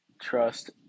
trust